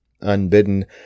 unbidden